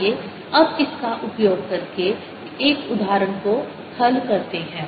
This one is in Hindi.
आइए अब इसका उपयोग करके एक उदाहरण को हल करते हैं